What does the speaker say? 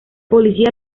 policía